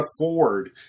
afford